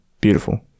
beautiful